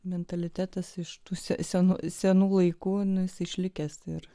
mentalitetas iš tų senų senų laikų anas išlikęs ir